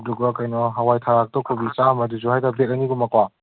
ꯑꯗꯨꯒ ꯀꯩꯅꯣ ꯍꯋꯥꯏꯊ꯭ꯔꯥꯛꯇꯣ ꯀꯦ ꯖꯤ ꯆꯥꯝꯃ ꯑꯗꯨꯁꯨ ꯍꯥꯏꯗꯤ ꯕꯦꯒ ꯑꯅꯤꯒꯨꯝꯕꯀꯣ